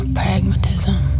pragmatism